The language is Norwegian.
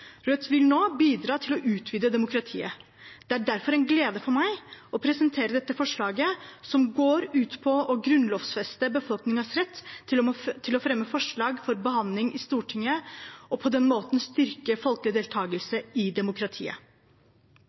Rødt vil nå bidra til å utvide demokratiet. Det er derfor en glede for meg å presentere dette forslaget, som går ut på å grunnlovfeste befolkningens rett til å fremme forslag for behandling i Stortinget og på den måten styrke folkelig deltagelse i demokratiet.